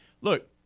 Look